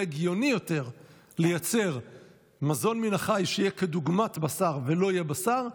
יהיה הגיוני יותר לייצר מזון מן החי שיהיה כדוגמת בשר ולא יהיה בשר,